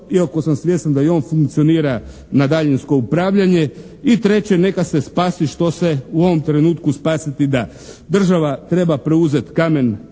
iako sam svjestan da i on funkcionira na daljinsko upravljanje. I treće, neka se spasi što se u ovom trenutku spasiti da. Država treba preuzeti "Kamen